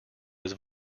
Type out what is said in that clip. was